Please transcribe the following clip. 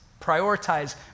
Prioritize